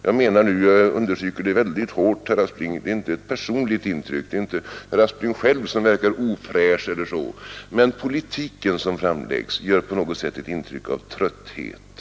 Jag menar nu inte — jag understryker detta starkt — ett personligt intryck; det är inte herr Aspling själv som verkar ofräsch eller så, men politiken som framläggs gör på något sätt ett intryck av trötthet.